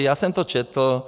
Já jsem to četl.